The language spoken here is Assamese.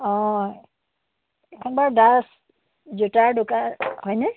অঁ এইখন বাৰু দাস জোতাৰ দোকান হয়নে